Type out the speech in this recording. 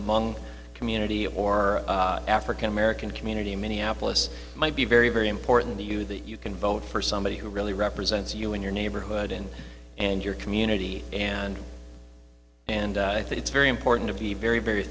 mong community or african american community in minneapolis might be very very important to you the you can vote for somebody who really represents you in your neighborhood in and your community and and i think it's very important to be very very